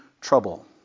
trouble